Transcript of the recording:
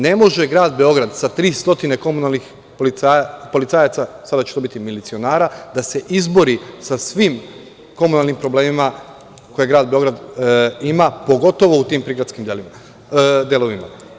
Ne može grad Beograd sa 300 komunalnih policajaca, sada će to biti milicionara, da se izbori sa svim komunalnim problemima koje grad Beograd ima, pogotovo u tim prigradskim delovima.